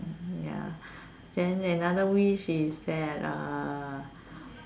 ya then another wish is that uh